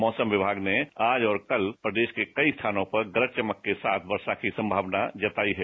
मौसम विभाग ने आज और कल प्रदेश के कई स्थानों पर गरज चमक के साथ वर्षा की संभावना जताई है